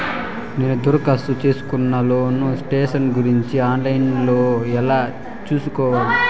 నేను దరఖాస్తు సేసుకున్న లోను స్టేటస్ గురించి ఆన్ లైను లో ఎలా సూసుకోవాలి?